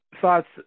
thoughts